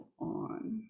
on